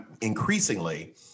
increasingly